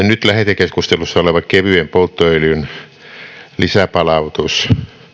nyt lähetekeskustelussa oleva kevyen polttoöljyn lisäpalautus vuonna